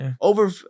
Over